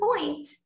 point